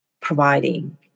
providing